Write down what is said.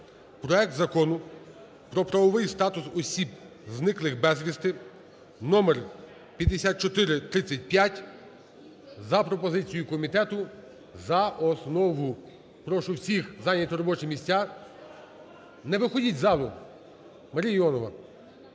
проект Закону про правовий статус осіб, зниклих безвісти (№ 5435) за пропозицією комітету за основу. Прошу всіх зайняти робочі місця. Не виходіть з залу! Марія Іонова!